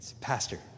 Pastor